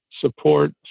support